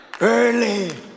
early